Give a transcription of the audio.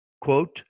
quote